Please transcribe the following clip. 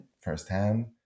firsthand